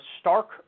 stark